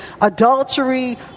Adultery